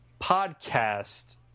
Podcast